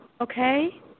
okay